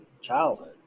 childhood